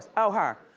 oh, her.